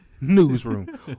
newsroom